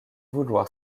vouloir